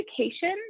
education